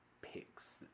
pics